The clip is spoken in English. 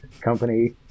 company